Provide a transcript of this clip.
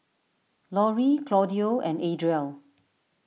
Laurie Claudio and Adriel